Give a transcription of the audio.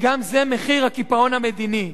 וגם זה מחיר הקיפאון המדיני.